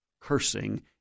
cursing